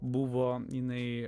buvo jinai